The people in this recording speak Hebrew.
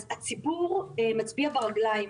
אז הציבור מצביע ברגליים.